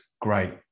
great